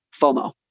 FOMO